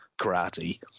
karate